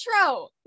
intro